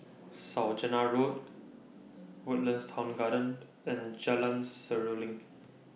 Saujana Road Woodlands Town Garden and Jalan Seruling